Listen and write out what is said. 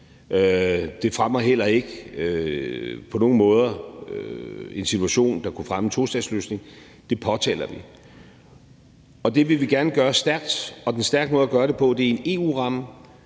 Det fremmer heller ikke på nogen måder en situation, der kunne fremme en tostatsløsning. Det påtaler vi. Og det vil vi gerne gøre stærkt, og den stærke måde at gøre det på er i en EU-ramme,